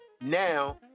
now